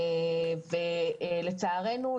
לצערנו,